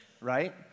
right